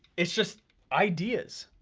it's just ideas.